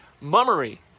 Mummery